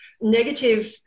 negative